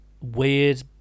weird